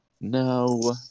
No